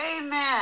Amen